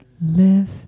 live